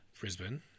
Brisbane